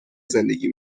زندگی